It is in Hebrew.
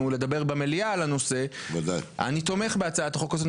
לדבר על הנושא במליאה אני תומך בהצעת החוק הזו,